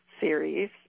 series